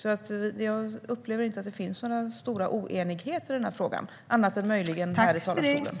Jag upplever inte att det finns några stora oenigheter i den här frågan, annat än möjligen här i talarstolen.